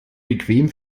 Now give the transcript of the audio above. bequem